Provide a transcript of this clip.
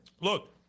Look